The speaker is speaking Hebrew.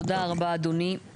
תודה רבה אדוני.